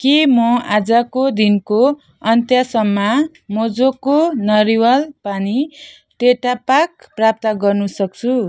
के म आज दिनको अन्त्यसम्म मोजोको नरिवल पानी टेट्राप्याक प्राप्त गर्नु सक्छु